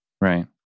right